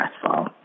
stressful